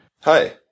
Hi